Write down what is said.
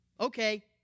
Okay